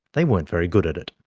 they weren't very good at it.